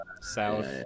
south